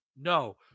no